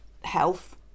health